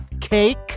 Cake